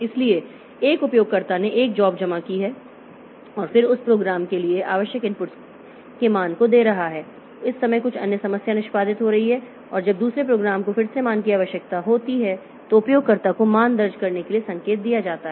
इसलिए एक उपयोगकर्ता ने एक जॉब जमा की है और फिर उस प्रोग्राम के लिए आवश्यक इनपुट्स के मान को दे रहा है उस समय कुछ अन्य समस्या निष्पादित हो रही है और जब दूसरे प्रोग्राम को फिर से मान की आवश्यकता होती है तो उपयोगकर्ता को मान दर्ज करने के लिए संकेत दिया जाता है